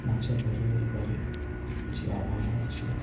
ମାଛ ଧରିବାରେ କିଛି ଆବାହାନ ଅଛି